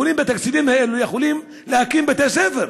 יכולים בתקציבים האלה להקים בתי-ספר.